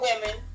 women